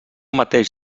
mateix